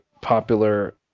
popular